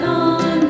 on